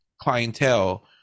clientele